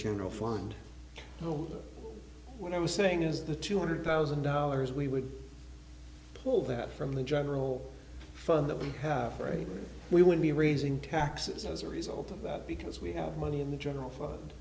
general fund you know what i'm saying is the two hundred thousand dollars we would pull that from the general fund that we have right we would be raising taxes as a result of that because we have money in the general fund